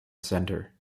centre